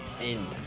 end